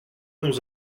nous